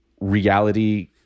reality